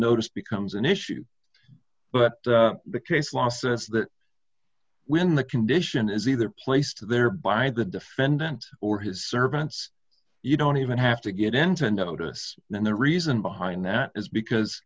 noticed becomes an issue but the case law says that when the condition is either placed there by the defendant or his servants you don't even have to get into notice and the reason behind that is because